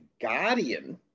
guardian